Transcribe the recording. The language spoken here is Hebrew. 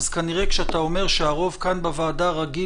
כנראה כשאתה אומר שהרוב כאן בוועדה רגיל